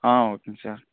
ஆ ஓகேங்க சார்